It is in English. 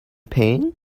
pain